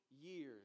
years